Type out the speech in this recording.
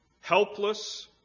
Helpless